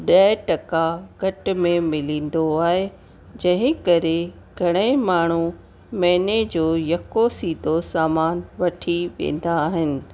ॾह टका घटि में मिलंदो आहे जंहिं करे घणे ई माण्हू महीने जो यको सिधो सामान वठी वेंदा आहिनि